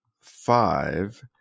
five